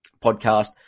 podcast